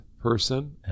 person